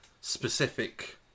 specific